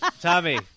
Tommy